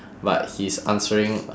but he's answering